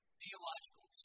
theological